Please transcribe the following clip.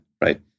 Right